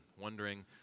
wondering